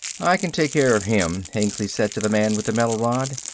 i can take care of him, hengly said to the man with the metal rod.